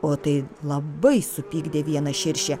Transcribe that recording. o tai labai supykdė vieną širšę